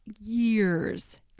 years